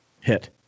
hit